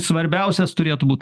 svarbiausias turėtų būt